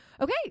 okay